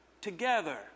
together